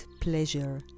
pleasure